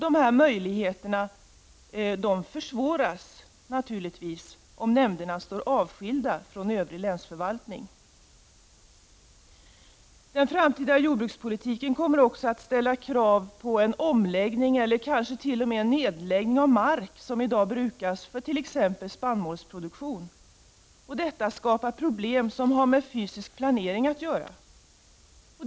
Dessa möjligheter försvåras naturligtvis om nämnderna står avskilda från övrig länsförvaltning. Den framtida jordbrukspolitiken kommer även att innebära att krav kommer att ställas på en omläggning eller kanske t.o.m. en nedläggning av mark som i dag brukas för t.ex. spannmålsproduktion. Detta skapar problem som har med fysisk planering att göra.